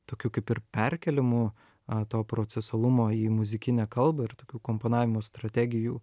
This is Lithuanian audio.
tokiu kaip ir perkėlimu a to procesualumo į muzikinę kalbą ir tokių komponavimo strategijų